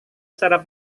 secara